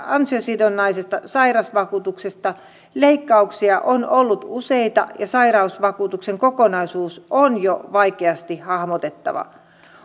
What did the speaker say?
ansiosidonnaisesta sairausvakuutuksesta leikkauksia on ollut useita ja sairausvakuutuksen kokonaisuus on jo vaikeasti hahmotettava